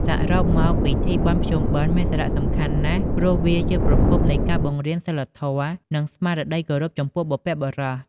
សរុបមកពិធីបុណ្យភ្ជុំបិណ្ឌមានសារៈសំខាន់ណាស់ ព្រោះវាជាប្រភពនៃការបង្រៀនសីលធម៌ និងស្មារតីគោរពចំពោះបុព្វបុរស។